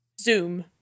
Zoom